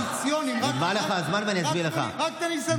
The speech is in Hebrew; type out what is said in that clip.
זה לא נכון,